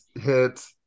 hit